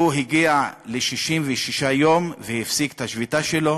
הוא הגיע ל-66 יום והפסיק את השביתה שלו.